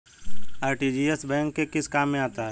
RTGS bank के किस काम में आता है?